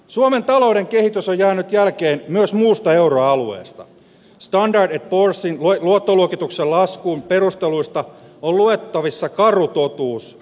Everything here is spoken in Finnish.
suomen talouden kehitys on jäänyt jälkeen myös muusta euroalueesta standard poor sin luottoluokituksen laskun perustelluista on luettavissa karu totuus